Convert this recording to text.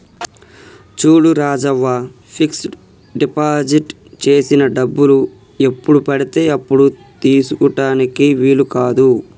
చూడు Rajavva fix deposit చేసిన డబ్బులు ఎప్పుడు పడితే అప్పుడు తీసుకుటానికి వీలు కాదు